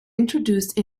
introduced